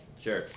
Sure